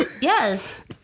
Yes